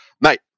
mate